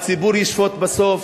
הציבור ישפוט בסוף,